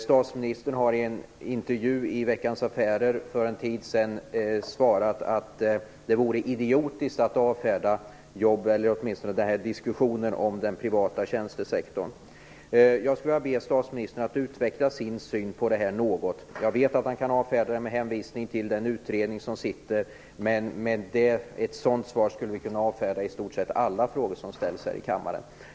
Statsministern har i en intervju i Veckans affärer för en tid sedan svarat att det vore idiotiskt att avfärda diskussioner om den privata tjänstesektorn. Jag skulle vilja be statsministern att utveckla sin syn på detta något. Jag vet att han kan avfärda frågan med hänvisning till den utredning som pågår, men med ett sådant svar skulle vi kunna avfärda i stort sett alla frågor som ställs här i kammaren.